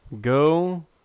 Go